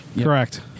Correct